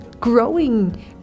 growing